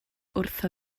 wrtho